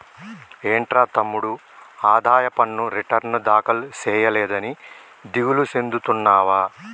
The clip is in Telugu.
ఏంట్రా తమ్ముడు ఆదాయ పన్ను రిటర్న్ దాఖలు సేయలేదని దిగులు సెందుతున్నావా